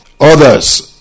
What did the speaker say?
others